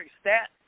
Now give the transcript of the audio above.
stat